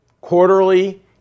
quarterly